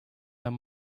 than